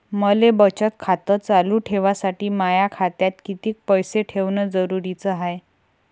मले बचत खातं चालू ठेवासाठी माया खात्यात कितीक पैसे ठेवण जरुरीच हाय?